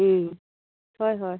হয় হয়